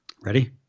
ready